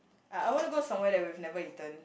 uh I wanna go somewhere that we've never eaten